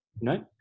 No